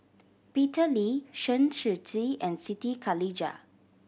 Peter Lee Chen Shiji and Siti Khalijah